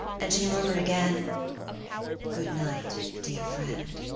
and she murmured again good night, dear friend.